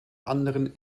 anderen